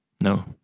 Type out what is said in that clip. No